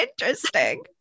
interesting